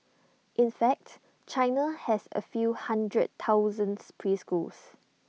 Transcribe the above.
in facts China has A few hundred thousands preschools